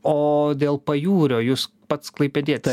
o dėl pajūrio jūs pats klaipėdietis